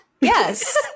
Yes